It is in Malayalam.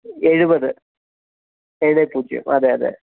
എഴുപത് ഏഴ് പൂജ്യം അതെ അതെ